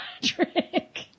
Patrick